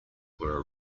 were